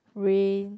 rain